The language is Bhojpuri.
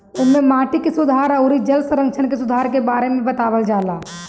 एमे माटी के सुधार अउरी जल संरक्षण के सुधार के बारे में बतावल जाला